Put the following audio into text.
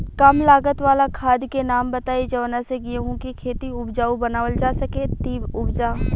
कम लागत वाला खाद के नाम बताई जवना से गेहूं के खेती उपजाऊ बनावल जा सके ती उपजा?